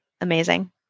Amazing